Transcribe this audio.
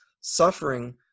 suffering